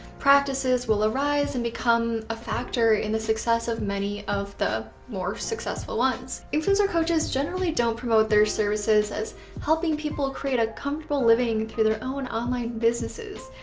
practices will arise and become a factor in the success of many of the more successful ones. influencer coaches generally don't promote their services as helping people create a comfortable living through their own online businesses.